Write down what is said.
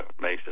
Mesa